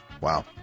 Wow